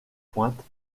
pointes